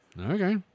Okay